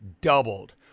doubled